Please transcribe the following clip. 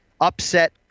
Upset